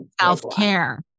self-care